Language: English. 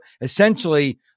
essentially